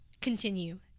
continue